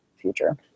future